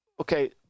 Okay